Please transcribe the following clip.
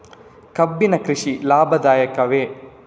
ಕಬ್ಬಿನ ಕೃಷಿ ಲಾಭದಾಯಕವೇ?